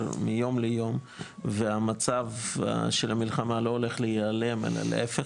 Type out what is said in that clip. מיום ליום והמצב של המלחמה לא הולך להעלם אלא להיפך,